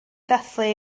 ddathlu